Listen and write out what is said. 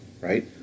right